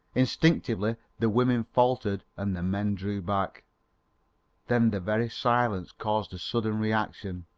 instinctively the women faltered and the men drew back then the very silence caused a sudden reaction,